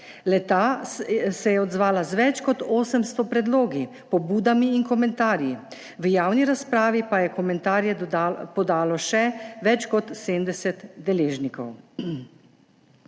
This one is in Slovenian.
Le-ta se je odzvala z več kot 800 predlogi, pobudami in komentarji. V javni razpravi pa je komentarje podalo še več kot 70 deležnikov.